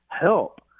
help